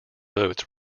votes